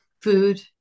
food